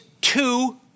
two